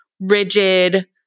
rigid